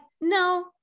no